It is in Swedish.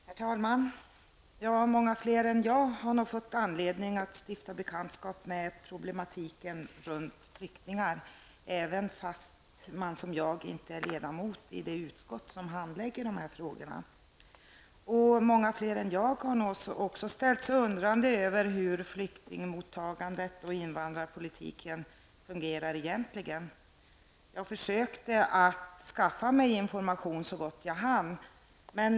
Herr talman! Jag och många fler har fått anledning att stifta bekantskap med problematiken runt flyktingar, även om man som jag inte är ledamot i det utskott som handlägger dessa frågor. Många fler än jag har ställt sig undrande över hur flyktingmottagandet och invandrarpolitiken egentligen fungerar. Jag har försökt skaffa mig information så gott jag har kunnat.